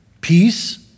Peace